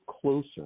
closer